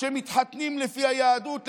שמתחתנים לפי היהדות,